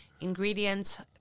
ingredients